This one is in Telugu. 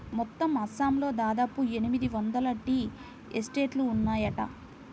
మొత్తం అస్సాంలో దాదాపు ఎనిమిది వందల టీ ఎస్టేట్లు ఉన్నాయట